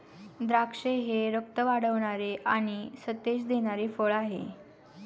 द्राक्षे हे रक्त वाढवणारे आणि सतेज देणारे फळ आहे